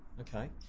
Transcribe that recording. okay